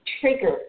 trigger